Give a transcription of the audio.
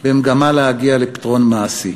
במגמה להגיע לפתרון מעשי.